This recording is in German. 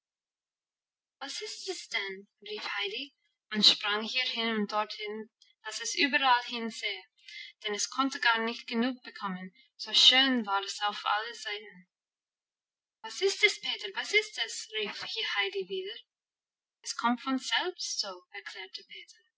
was ist es denn rief heidi und sprang hierhin und dorthin dass es überallhin sehe denn es konnte gar nicht genug bekommen so schön war's auf allen seiten was ist es peter was ist es rief heidi wieder es kommt von selbst so erklärte